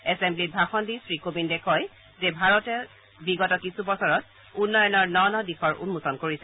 এছেম্বলিত ভাষণ দি শ্ৰীকোবিন্দে কয় যে ভাৰতে বিগত কিছু বছৰত উন্নয়নৰ ন ন দিশৰ উন্মোচন কৰিছে